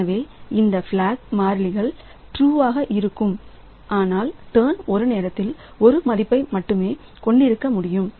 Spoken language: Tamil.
எனவே இந்த பிளாக் மாறிகள் ட்ரூ இருக்கும் ஆனால் டர்ன் ஒரு நேரத்தில் ஒரே ஒரு மதிப்பை மட்டுமே கொண்டிருக்க முடியும்